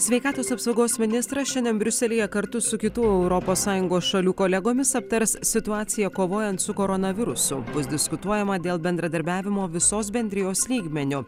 sveikatos apsaugos ministras šiandien briuselyje kartu su kitų europos sąjungos šalių kolegomis aptars situaciją kovojant su koronavirusu bus diskutuojama dėl bendradarbiavimo visos bendrijos lygmeniu